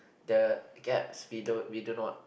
the gaps we don't we don't know what